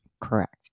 Correct